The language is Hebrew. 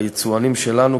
ביצואנים שלנו,